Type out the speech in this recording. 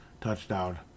touchdown